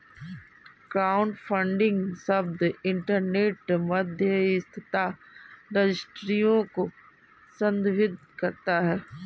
crowdfunding शब्द internet मध्यस्थता रजिस्ट्रियों को संदर्भित करता है